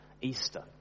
Easter